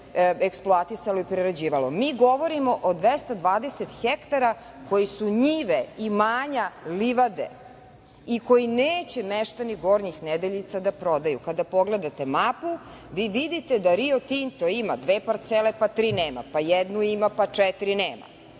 eksploatisalo i preuređivalo. Mi govorimo o 220 hektara koji su njive, imanja, livade i koji neće meštani Gornjih Nedeljica da prodaju. Kada pogledate mapu vi vidite da Rio Tinto ima dve parcele, pa tri nema, pa jednu ima, pa četiri nema.